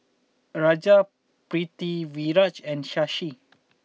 Raja Pritiviraj and Shashi